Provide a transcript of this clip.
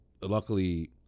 luckily